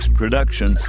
production